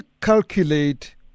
calculate